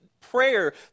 prayer